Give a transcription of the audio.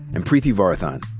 and preeti varathan.